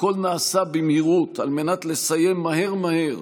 הכול נעשה במהירות כדי לסיים מהר מהר,